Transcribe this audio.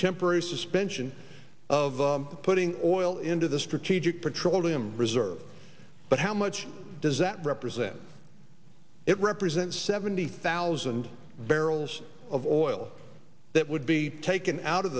temporary suspension of putting oil into the strategic petroleum reserve but how much does that represent it represent seventy thousand barrels of oil that would be taken out of